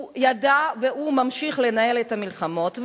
הוא ידע, והוא ממשיך לנהל את המלחמות.